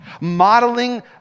modeling